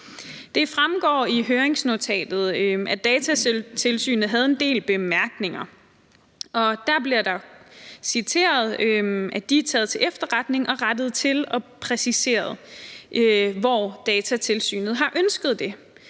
Det fremgår af høringsnotatet, at Datatilsynet havde en del bemærkninger, og der står i høringsnotatet, at de er taget til efterretning og rettet til og præciseret der, »hvor Datatilsynet har ønsket det«.